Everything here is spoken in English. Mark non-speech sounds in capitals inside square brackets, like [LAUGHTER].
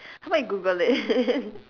how about you google it [LAUGHS]